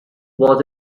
was